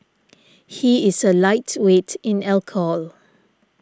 he is a lightweight in alcohol